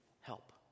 help